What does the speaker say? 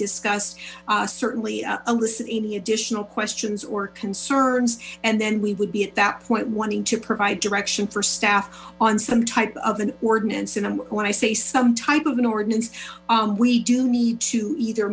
discussed certainly elicit any additional questions or concerns and then we would be at that point wanting to provide direction for staff on some type of an ordinance and when i say some type of an ordinance we do need to either